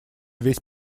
весь